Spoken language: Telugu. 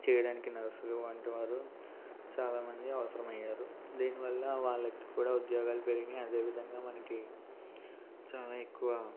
చేయడానికి నర్సులు వంటి వారు చాలా మంది అవసరం అయ్యారు దీనివల్ల వాళ్ళకి కూడా ఉద్యోగాలు పెరిగినాయి అదే విధంగా మనకు చాలా ఎక్కువ